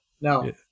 No